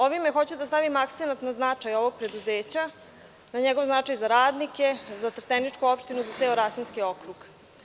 Ovim hoću da stavim akcenat na značaj ovog preduzeća, na njegov značaj za radnike, za trsteničku opštinu i za ceo Rasinski okrug.